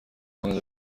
کند